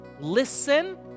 Listen